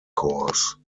course